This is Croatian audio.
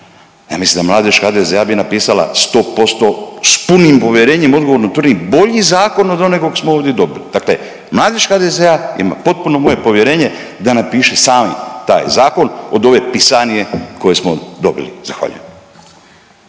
Ja mislim da Mladež HDZ-a bi napisala 100% s punim povjerenjem odgovorno tvrdim, bolji zakon od onoga kojeg smo ovdje dobili. Dakle Mladež HDZ-a ima potpuno moje povjerenje da napiše sami taj zakon od ove pisanije koju smo dobili. Zahvaljujem.